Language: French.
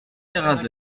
terrasses